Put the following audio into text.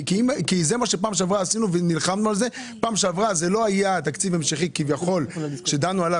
בפעם שעברה שזה לא היה תקציב המשכי נלחמנו על זה והצלחנו.